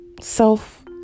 Self